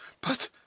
but